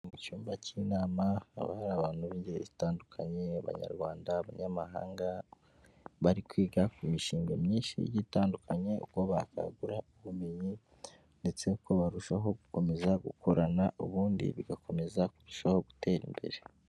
Mu cyumba cy'inama haba hari abantu b'ingeri zitandukanye abanyarwanda, abanyamahanga bari kwiga ku mishinga myinshi igiye itandukanye uko bakagura ubumenyi ndetse uko barushaho gukomeza gukorana ubundi bigakomeza kurushaho gutera imbere.